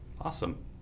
Awesome